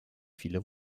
viele